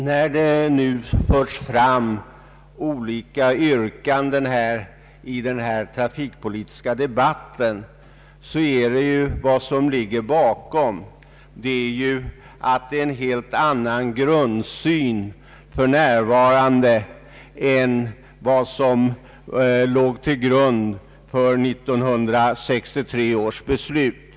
Herr talman! När det nu från olika håll ställs yrkanden i den trafikpolitiska debatten, innebär detta en helt annan grundsyn än vad som låg till grund för 1963 års beslut.